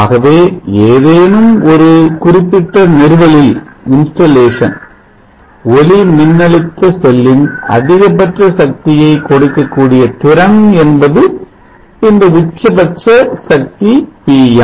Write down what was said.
ஆகவே ஏதேனும் ஒரு குறிப்பிட்ட நிறுவலில் ஒளி மின்னழுத்தசெல்லின் அதிகபட்சசக்தியை கொடுக்கக்கூடிய திறன் என்பது இந்த உச்சபட்ச சக்தி Pm